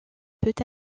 peut